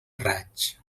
raig